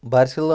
بارسلا